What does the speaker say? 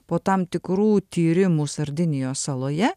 po tam tikrų tyrimų sardinijos saloje